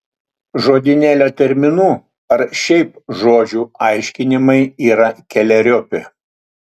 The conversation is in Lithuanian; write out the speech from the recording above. žodynėlio terminų ar šiaip žodžių aiškinimai yra keleriopi